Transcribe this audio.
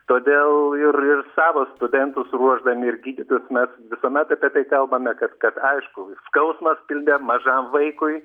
todėl ir ir savo studentus ruošdami ir gydytojus mes visuomet apie tai kalbame kad kad aišku skausmas pilve mažam vaikui